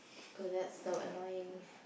oh that's so annoying